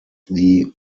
the